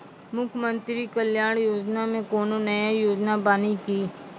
मुख्यमंत्री कल्याण योजना मे कोनो नया योजना बानी की?